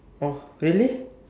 oh really